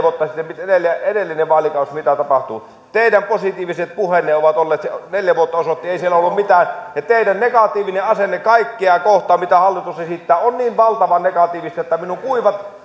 vuotta sitten edellinen edellinen vaalikausi mitä tapahtui teidän positiiviset puheenne ovat olleet se neljä vuotta osoitti että ei siellä ollut mitään ja teidän negatiivinen asenteenne kaikkea kohtaan mitä hallitus esittää on niin valtavan negatiivista että minun kuivat